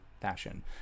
fashion